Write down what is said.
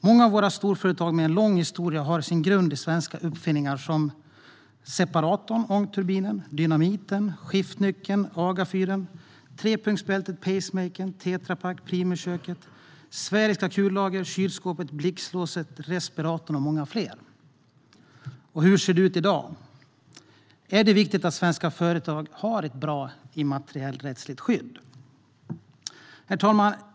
Många av våra storföretag med lång historia har sin grund i svenska uppfinningar som separatorn, ångturbinen, dynamiten, skiftnyckeln, Agafyren, trepunktsbältet, pacemakern, tetran, primusköket, sfäriska kullager, kylskåpet, blixtlåset, respiratorn och många fler. Hur ser det ut i dag? Är det viktigt att svenska företag har ett bra immaterialrättsligt skydd? Herr talman!